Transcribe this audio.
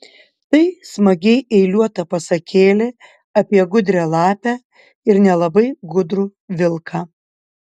tai smagiai eiliuota pasakėlė apie gudrią lapę ir nelabai gudrų vilką